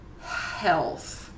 Health